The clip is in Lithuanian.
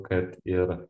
kad ir